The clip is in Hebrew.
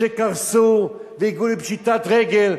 שקרסו והגיעו לפשיטת רגל.